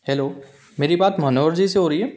hello मेरी बात मनोहर जी से हो रही है